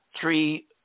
three